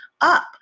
up